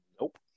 Nope